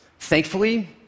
Thankfully